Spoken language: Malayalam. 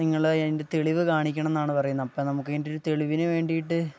നിങ്ങള് അതിൻ്റെ തെളിവു കാണിക്കണമെന്നാണു പറയുന്നത് അപ്പോള് നമുക്ക് അതിന്റെയൊരു തെളിവിനു വേണ്ടിയിട്ട്